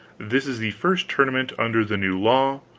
this is the first tournament under the new law,